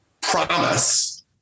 promise